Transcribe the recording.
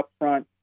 upfront